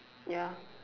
ya